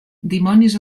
dimonis